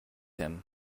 him